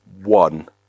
one